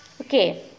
Okay